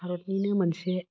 भारतनिनो मोनसे